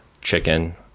chicken